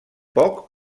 poc